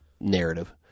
narrative